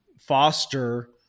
foster